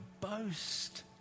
boast